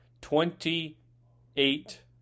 Twenty-eight